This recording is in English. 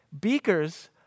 beakers